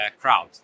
crowd